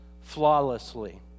flawlessly